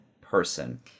person